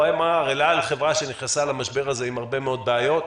הוא אמר: אל-על היא חברה שנכנסה למשבר הזה עם הרבה מאוד בעיות.